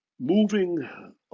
moving